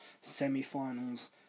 semi-finals